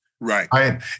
Right